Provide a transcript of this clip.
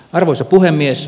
arvoisa puhemies